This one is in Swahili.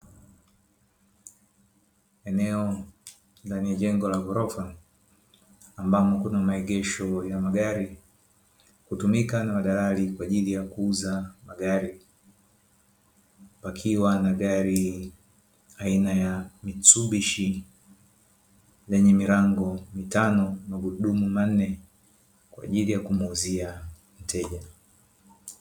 Eneo ndani ya jengo la ghorofa ambamo kuna maegesho ya magari, hutumika na madalali kwa ajili ya kuuza magari; pakiwa na magari aina ya "Mitsubishi" lenye milango mitano, magurudumu manne kwa ajili ya kumuuzia mteja.